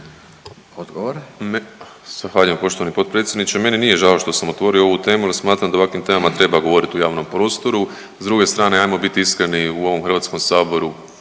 Odgovor.